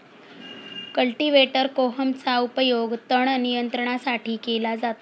cultivator कोहमचा उपयोग तण नियंत्रणासाठी केला जातो